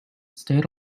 stayed